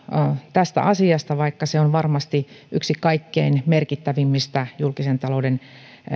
tästä asiasta eli sosiaali ja terveydenhuollon sote uudistuksesta vaikka se on varmasti yksi kaikkein merkittävimmistä julkisen talouden